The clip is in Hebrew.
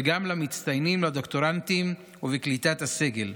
וגם למצטיינים, לדוקטורנטים ולקליטת הסגל.